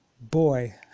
boy